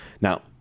Now